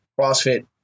CrossFit